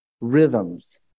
rhythms